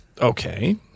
Okay